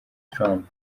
trump